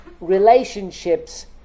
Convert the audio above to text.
relationships